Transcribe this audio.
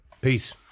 Peace